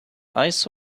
ice